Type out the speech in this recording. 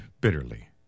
bitterly